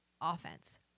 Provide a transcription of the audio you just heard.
offense